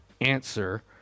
answer